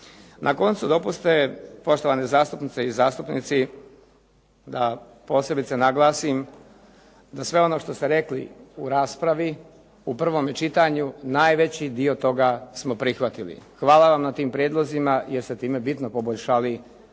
Na koncu dopustite, poštovane zastupnice i zastupnici, da posebice naglasim da sve ono što ste rekli u raspravi u prvome čitanju najveći dio toga smo prihvatili. Hvala vam na tim prijedlozima, jer ste time bitno poboljšali